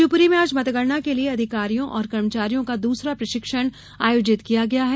शिवपुरी में आज मतगणना के लिए अधिकारियों और कर्मचारियों का दूसरा प्रशिक्षण आयोजित किया गया है